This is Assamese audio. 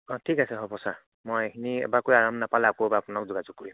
অ' ঠিক আছে হ'ব ছাৰ মই এইখিনি এবাৰ কৰি আৰাম নাপালে আকৌ এবাৰ আপোনাক যোগাযোগ কৰিম